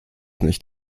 nicht